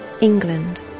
England